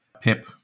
Pip